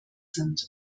sind